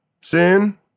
sin